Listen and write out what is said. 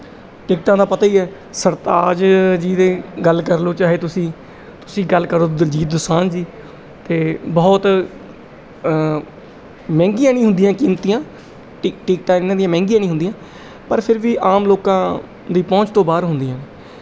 ਟਿਕਟਾਂ ਦਾ ਪਤਾ ਹੀ ਹੈ ਸਰਤਾਜ ਜੀ ਦੇ ਗੱਲ ਕਰ ਲਓ ਚਾਹੇ ਤੁਸੀਂ ਤੁਸੀਂ ਗੱਲ ਕਰੋ ਦਲਜੀਤ ਦੋਸਾਂਝ ਦੀ ਤਾਂ ਬਹੁਤ ਮਹਿੰਗੀਆਂ ਨਹੀਂ ਹੁੰਦੀਆਂ ਕੀਮਤੀਆਂ ਟਿਕ ਟਿਕਟਾਂ ਇਹਨਾਂ ਦੀਆਂ ਮਹਿੰਗੀਆਂ ਨਹੀਂ ਹੁੰਦੀਆਂ ਪਰ ਫਿਰ ਵੀ ਆਮ ਲੋਕਾਂ ਦੀ ਪਹੁੰਚ ਤੋਂ ਬਾਹਰ ਹੁੰਦੀਆਂ